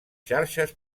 xarxes